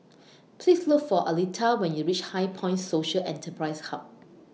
Please Look For Aletha when YOU REACH HighPoint Social Enterprise Hub